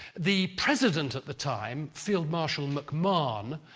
the president at the time, field marshal macmahon,